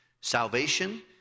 Salvation